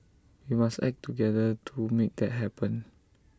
we must act together to make that happen